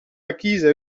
acquise